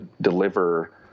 deliver